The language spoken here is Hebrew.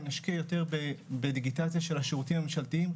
אם נשקיע יותר בדיגיטציה של השירותים הממשלתיים,